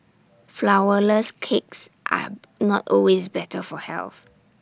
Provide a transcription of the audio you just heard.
Flourless Cakes are not always better for health